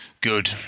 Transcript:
Good